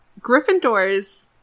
Gryffindors